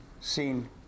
seen